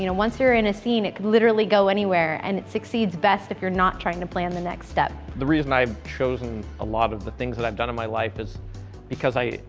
you know once you're in a scene it could literally go anywhere and it succeeds best if you're not trying to plan the next step. the reason i've chosen a lot of the things that i've done in my life is because i